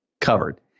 covered